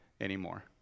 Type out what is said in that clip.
anymore